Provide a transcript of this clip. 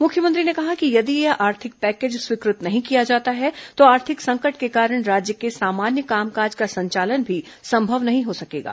मुख्यमंत्री ने कहा है कि यदि यह आर्थिक पैकेज स्वीकृत नहीं किया जाता है तो आर्थिक संकट के कारण राज्य के सामान्य कामकाज का संचालन भी संभव नहीं हो सकेगा